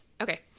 okay